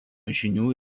žinių